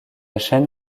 chaine